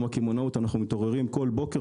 הקמעונאות אנחנו מתעוררים כל בוקר,